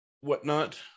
whatnot